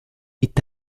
est